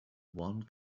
one